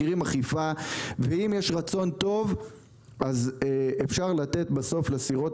מכירים אכיפה ואם יש רצון טוב אז אפשר לתת בסוף לסירות